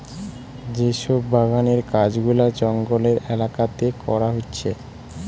যে সব বাগানের কাজ গুলা জঙ্গলের এলাকাতে করা হচ্ছে